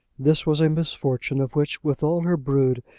this was a misfortune of which, with all her brood,